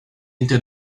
into